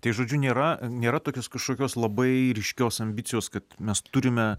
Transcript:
tai žodžiu nėra nėra tokios kažkokios labai ryškios ambicijos kad mes turime